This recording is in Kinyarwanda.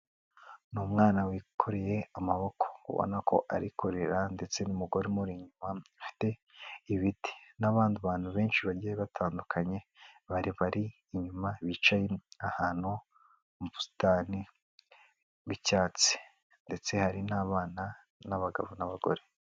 Ni umwana wikoreye amaboko, ubona ko ari kurira, ndetse n'umugore afite ibiti, n'abandi bantu benshi bagiye batandukanye bari inyuma bicaye ahantu h'ubusitani bw'icyatsi, ndetse hari n'abana n'abagabo n'abagore.